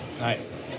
nice